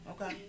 Okay